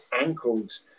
ankles